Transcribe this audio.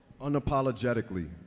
Unapologetically